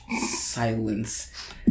silence